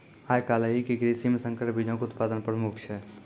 आइ काल्हि के कृषि मे संकर बीजो के उत्पादन प्रमुख छै